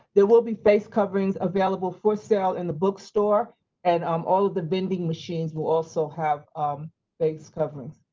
there will be face coverings available for sale in the bookstore and um all of the vending machines will also have face coverings.